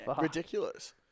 Ridiculous